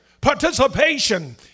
participation